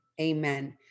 Amen